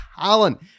talent